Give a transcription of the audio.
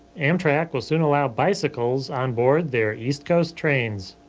amtrak will soon allow bicycles on board their east coast trains.